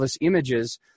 images